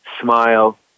smile